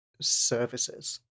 services